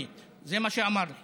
אזרחי ישראל,